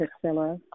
Priscilla